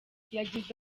yagize